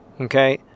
okay